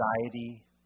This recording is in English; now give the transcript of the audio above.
anxiety